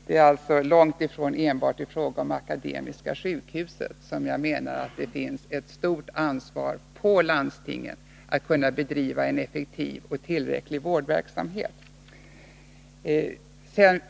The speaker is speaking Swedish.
Det är långt ifrån enbart i fråga om Akademiska sjukhuset som jag anser att det ligger ett stort ansvar på landstingen att bedriva en effektiv och tillräcklig vårdverksamhet.